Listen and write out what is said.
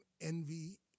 envy